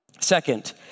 Second